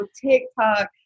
TikTok